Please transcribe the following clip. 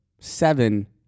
seven